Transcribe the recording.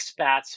expats